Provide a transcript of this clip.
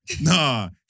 Nah